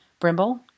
Brimble